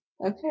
Okay